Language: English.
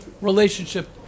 relationship